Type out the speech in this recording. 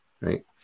right